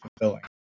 fulfilling